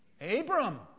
Abram